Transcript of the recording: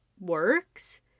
works